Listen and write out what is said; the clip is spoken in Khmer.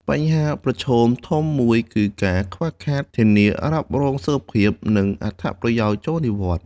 បញ្ហាប្រឈមធំមួយគឺការខ្វះខាតធានារ៉ាប់រងសុខភាព និងអត្ថប្រយោជន៍ចូលនិវត្តន៍។